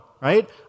right